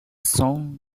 song